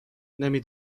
نمی